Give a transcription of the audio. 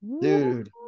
Dude